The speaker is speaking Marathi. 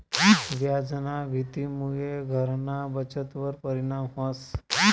व्याजना भीतीमुये घरना बचतवर परिणाम व्हस